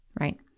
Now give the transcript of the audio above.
right